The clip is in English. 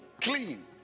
Clean